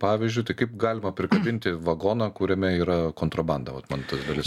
pavyzdžiui tai kaip galima prikabinti vagoną kuriame yra kontrabanda vat man tas dalis